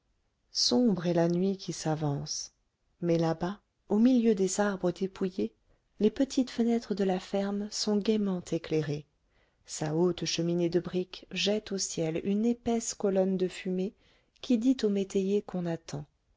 sombre est la nuit qui s'avance mais là-bas au milieu des arbres dépouillés les petites fenêtres de la ferme sont gaiement éclairées sa haute cheminée de briques jette au ciel une épaisse colonne de fumée qui dit au métayer qu'on attend